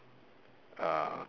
uh